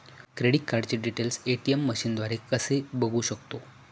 Credit कार्डचे details ATM मशीनद्वारे कसे बघू शकतो?